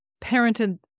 parented